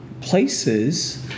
places –